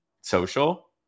social